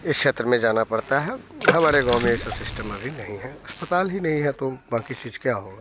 इस क्षेत्र में जाना पड़ता है हमारे गाँव में ये सब सिस्टम अभी नहीं है अस्पताल ही नहीं है तो बाकि चीज क्या होगा